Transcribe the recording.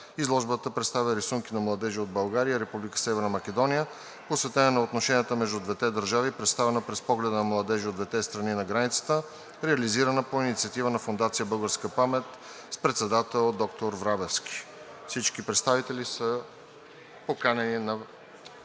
Изложбата представя рисунки на младежи от България и Република Северна Македония, посветена на отношенията между двете държави и представена през погледа на младежи от двете страни на границата. Реализирана е по инициатива на Фондация „Българска памет“ с председател доктор Врабевски. Всички народни представители са поканени на